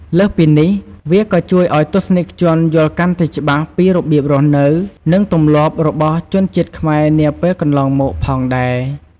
លើសពីនេះ វាក៏ ជួយឲ្យទស្សនិកជនយល់កាន់តែច្បាស់ពីរបៀបរស់នៅ និងទម្លាប់របស់ជនជាតិខ្មែរនាពេលកន្លងមក ផងដែរ។